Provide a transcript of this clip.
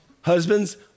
Husbands